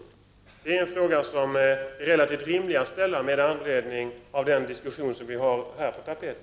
Det är en fråga som är relativt rimlig att ställa med anledning av den diskussion som vi har haft.